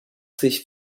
sich